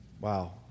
Wow